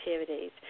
activities